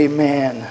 Amen